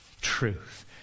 truth